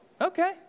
okay